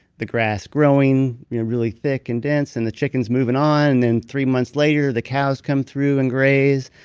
the grass growing really thick and dense, and the chickens moving on, and three months later, the cows come through and graze,